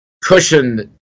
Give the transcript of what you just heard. cushion